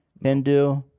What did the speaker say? hindu